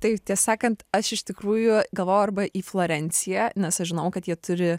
tai ties sakant aš iš tikrųjų galvo arba į florenciją nes aš žinojau kad jie turi